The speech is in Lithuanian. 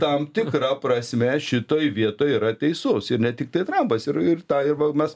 tam tikra prasme šitoj vietoj yra teisus ir ne tiktai trampas ir ir tą ir mes